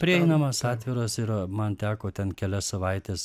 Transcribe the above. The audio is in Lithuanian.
prieinamas atviras yra man teko ten kelias savaites